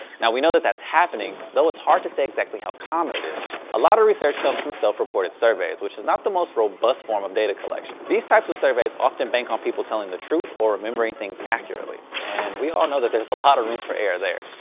now we know that that's happening, though it's hard to say exactly how common it is. a lot of research comes from self reported surveys, which is not the most robust form of data collection. these types of surveys often bank on people telling the truth or remembering things accurately. and we all know that there's a lot of room for error there.